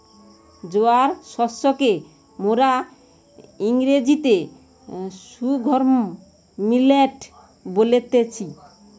জোয়ার শস্যকে মোরা ইংরেজিতে সর্ঘুম মিলেট বলতেছি